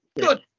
Good